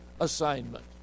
assignment